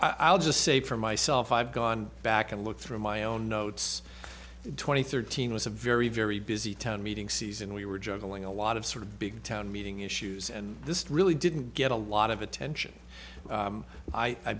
i'll just say for myself i've gone back and looked through my own notes twenty thirteen was a very very busy town meeting season we were juggling a lot of sort of big town meeting issues and this really didn't get a lot of attention